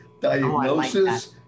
Diagnosis